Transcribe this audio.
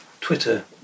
Twitter